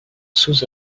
sous